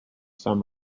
some